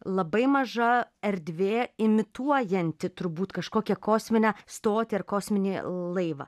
labai maža erdvė imituojanti turbūt kažkokią kosminę stotį ar kosminį laivą